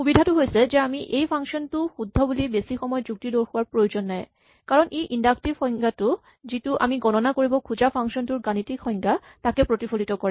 সুবিধাটো হৈছে যে আমি এই ফাংচন টো শুদ্ধ বুলি বেছি সময় যুক্তি দৰ্শোৱাৰ প্ৰয়োজন নাই কাৰণ ই ইন্ডাক্টিভ সংজ্ঞাটো যিটো আমি গণনা কৰিব খোজা ফাংচন টোৰ গাণিতিক সংজ্ঞা তাকে প্ৰতিফলিত কৰে